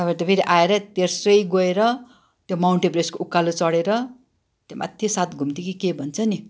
तपाईँहरू त फेरि आएर तेर्सै गएर त्यो माउन्ट एभरेस्ट उकालो चढेर त्योमाथि सातघुम्ती कि के भन्छ नि